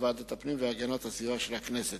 לוועדת הפנים והגנת הסביבה של הכנסת.